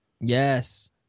Yes